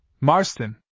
Marston